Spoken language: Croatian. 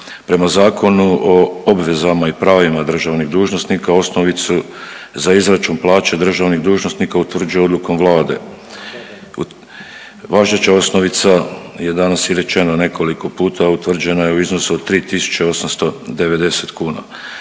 Prema Zakonu o obvezama i prava državnih dužnosnika osnovicu za izračun plaće državnih dužnosnika utvrđuje odlukom Vlade. Važeća osnovica je danas i rečeno nekoliko puta utvrđena je u iznosu od 3.890 kuna.